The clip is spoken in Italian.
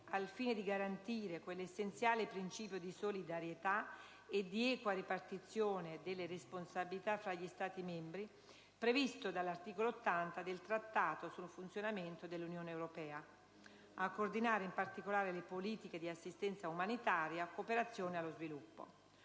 al fine di garantire quell'essenziale principio di solidarietà e di equa ripartizione delle responsabilità tra gli Stati membri previsto dall'articolo 80 del Trattato sul funzionamento dell'Unione europea»; a coordinare «in particolare le politiche di assistenza umanitaria, cooperazione allo sviluppo».